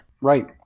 Right